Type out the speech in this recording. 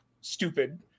stupid